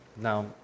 Now